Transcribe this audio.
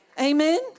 Amen